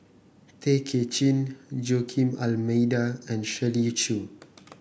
Tay Kay Chin Joaquim D'Almeida and Shirley Chew